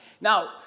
Now